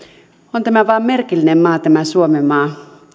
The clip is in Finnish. on tämä vain merkillinen maa tämä suomenmaa